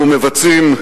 אנחנו מבצעים,